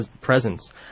presence